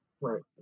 Right